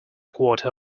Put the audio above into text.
quarter